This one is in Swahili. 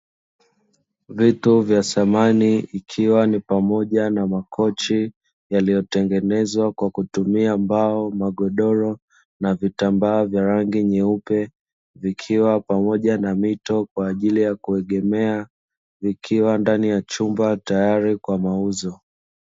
Vitu vya samani, ikiwa ni pamoja na makochi yaliyotengenezwa kwa kutumia mbao, magodoro na vitambaa vya rangi nyeupe, vikiwa pamoja na mito kwa ajili ya kuegemea, ikiwa ndani ya chumba tayari kwa mauzo.